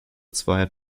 zweier